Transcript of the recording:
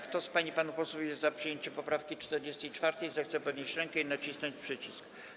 Kto z pań i panów posłów jest za przyjęciem poprawki 44., zechce podnieść rękę i nacisnąć przycisk.